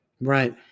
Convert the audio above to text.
Right